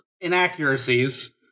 inaccuracies